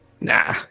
Nah